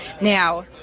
Now